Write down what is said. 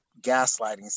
gaslighting